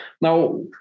Now